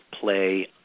play